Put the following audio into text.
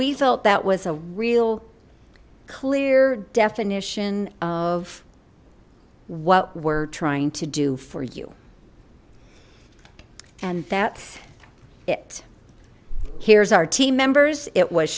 we felt that was a real clear definition of what we're trying to do for you and that's it here's our team members it was